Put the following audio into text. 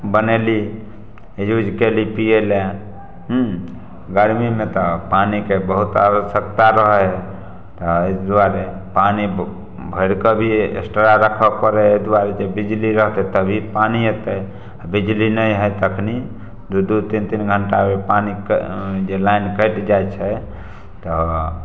बनेली यूज केली पिएला हूँ गर्मीमे तऽ पानिके बहुत आवश्यकता रहै है तऽ एहि दुवारे पानि भरि कऽ भी एस्ट्रा रखऽ परै है एहि दुआरे जे बिजली रहतै तभी पानि अयतै आ बिजली नहि है तखनी दू दू तीन तीन घंटा ओहि पानिके जे लाइन कटि जाइ छै तऽ